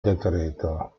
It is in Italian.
decreto